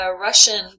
Russian